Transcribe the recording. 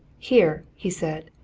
here! he said,